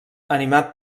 animat